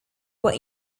were